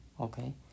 Okay